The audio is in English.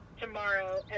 tomorrow